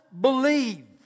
believe